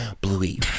Bluey